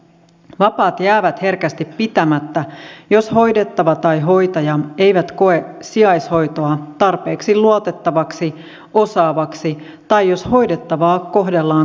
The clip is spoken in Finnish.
vapaat jäävät herkästi pitämättä jos hoidettava tai hoitaja ei koe sijaishoitoa tarpeeksi luotettavaksi osaavaksi tai jos hoidettavaa kohdellaan kalseasti